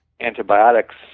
antibiotics